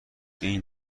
این